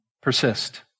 persist